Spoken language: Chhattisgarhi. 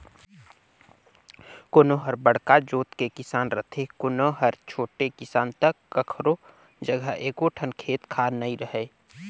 कोनो हर बड़का जोत के किसान रथे, कोनो हर छोटे किसान त कखरो जघा एको ठन खेत खार नइ रहय